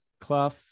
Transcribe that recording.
Clough